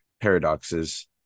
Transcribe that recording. paradoxes